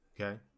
Okay